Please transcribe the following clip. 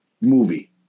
movie